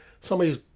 Somebody's